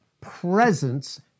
presence